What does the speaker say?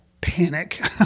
panic